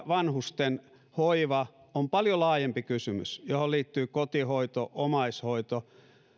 vanhusten hoiva on paljon laajempi kysymys johon liittyvät kotihoito omaishoito